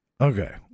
Okay